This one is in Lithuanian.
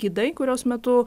gidai kurios metu